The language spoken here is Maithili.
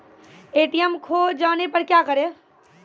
ए.टी.एम खोजे जाने पर क्या करें?